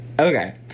okay